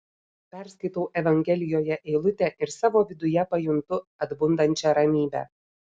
perskaitau evangelijoje eilutę ir savo viduje pajuntu atbundančią ramybę